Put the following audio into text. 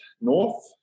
North